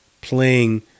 playing